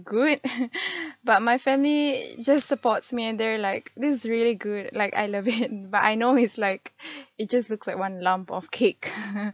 good but my family just supports me and they're like this is really good like I love it but I know it's like it just looks like one lump of cake